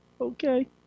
Okay